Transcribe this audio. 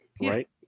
right